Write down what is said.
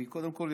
קודם כול,